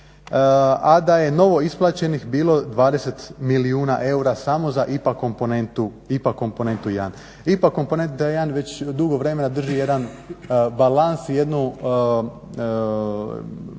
a da je novoisplaćenih bilo 20 milijuna eura samo da IPA komponentu I. IPA komponenta I već dugo vremena drži jedan balans, jednu